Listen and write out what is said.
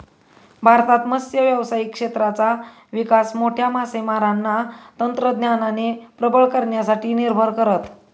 भारतात मत्स्य व्यावसायिक क्षेत्राचा विकास छोट्या मासेमारांना तंत्रज्ञानाने प्रबळ करण्यासाठी निर्भर करत